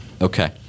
Okay